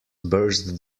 burst